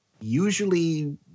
usually